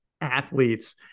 athletes